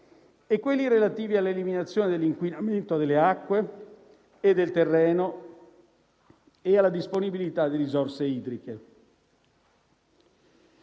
e quelli relativi all'eliminazione dell'inquinamento delle acque e del terreno e alla disponibilità di risorse idriche.